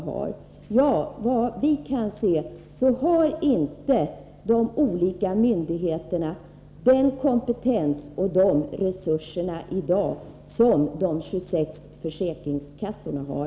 Ja, såvitt vi kan bedöma har inte de olika myndigheterna i dag den kompetens och de resurser som de 26 försäkringskassorna har.